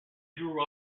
grew